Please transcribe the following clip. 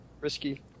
risky